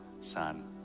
Son